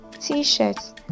t-shirts